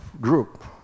group